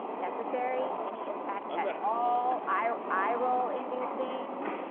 necessary, any impact at at all, eye roll inducing?